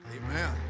amen